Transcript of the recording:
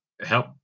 help